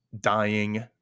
dying